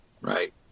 Right